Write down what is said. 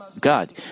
God